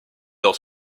dans